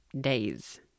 Days